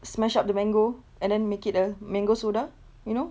smash up the mango and then make it a mango soda you know